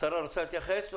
השרה רוצה להתייחס?